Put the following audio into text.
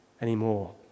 anymore